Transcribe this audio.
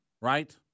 right